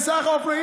מסך האופנועים.